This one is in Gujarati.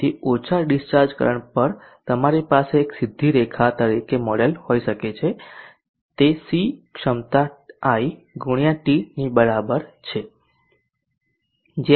તેથી ઓછા ડીસ્ચાર્જ કરંટ પર તમારી પાસે એક સીધી રેખા તરીકે મોડેલ હોઈ શકે છે તે C ક્ષમતા i ગુણ્યા t ની બરાબર છે